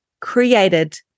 created